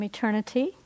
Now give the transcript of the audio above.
Eternity